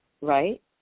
right